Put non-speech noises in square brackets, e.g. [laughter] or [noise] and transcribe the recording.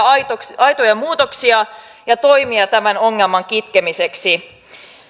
[unintelligible] aitoja aitoja muutoksia ja toimia tämän ongelman kitkemiseksi